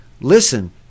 Listen